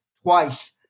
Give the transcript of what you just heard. twice